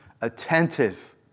attentive